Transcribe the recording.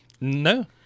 No